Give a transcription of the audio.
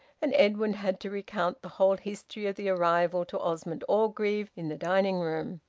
and edwin had to recount the whole history of the arrival to osmond orgreave in the drawing-room.